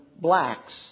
blacks